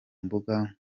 mbuga